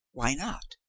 why not?